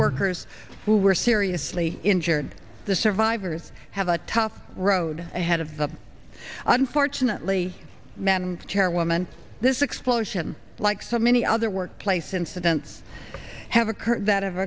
workers who were seriously injured the survivors have a tough road ahead of them unfortunately men and chairwoman this explosion like so many other workplace incidents have occurred that have